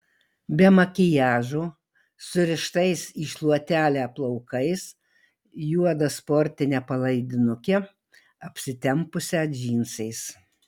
be makiažo surištais į šluotelę plaukais juoda sportine palaidinuke apsitempusią džinsais